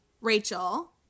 Rachel